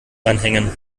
anhängen